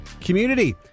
community